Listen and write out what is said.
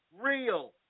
real